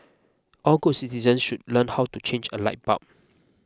all good citizen should learn how to change a light bulb